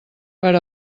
per